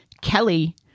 Kelly